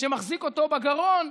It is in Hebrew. ש"מחזיק אותו בגרון".